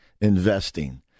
investing